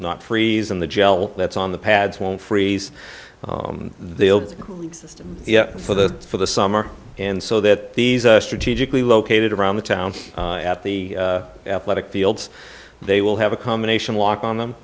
not freeze and the gel that's on the pads won't freeze they'll do yes for the for the summer and so that these strategically located around the town at the athletic fields they will have a combination lock on them